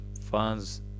fans